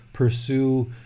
pursue